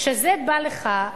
כשזה בא לך,